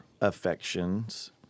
affections